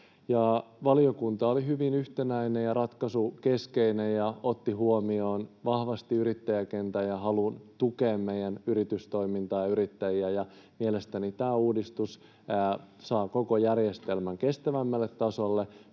Valiokunta oli hyvin yhtenäinen ja ratkaisukeskeinen ja otti huomioon vahvasti yrittäjäkentän ja halun tukea meidän yritystoimintaa ja yrittäjiä. Mielestäni tämä uudistus saa koko järjestelmän kestävämmälle tasolle